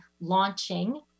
launching